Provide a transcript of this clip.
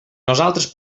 nosaltres